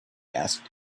asked